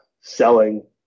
selling